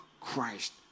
Christ